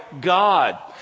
God